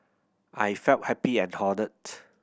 I felt happy and honoured